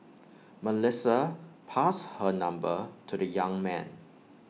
Melissa passed her number to the young man